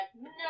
No